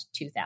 2000